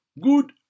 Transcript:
good